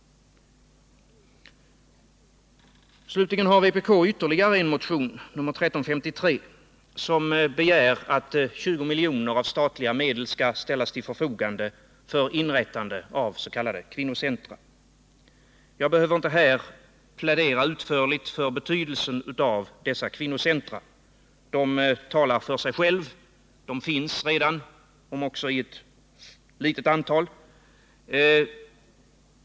Slutligen har vpk ytterligare en motion, nr 1353, som begär att 20 milj.kr. av statliga medel skall ställas till förfogande för inrättande av s.k. kvinnocentra. Jag behöver inte här plädera utförligt för betydelsen av dessa centra. De talar för sig själva. De finns redan, om också i ett litet antal.